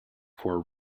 for